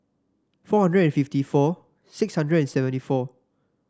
four hundred and fifty four six hundred and seventy four